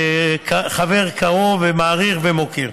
חבר קרוב ומעריך ומוקיר.